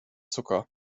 zucker